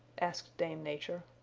asked dame nature.